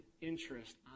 interest